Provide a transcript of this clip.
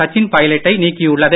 சச்சின் பைலட்டை நீக்கியுள்ளது